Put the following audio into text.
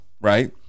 right